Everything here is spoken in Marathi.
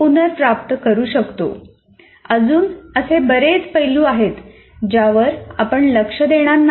' अजून असे बरेच पैलू आहेत ज्यावर आपण लक्ष देणार नाही